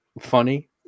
funny